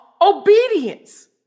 obedience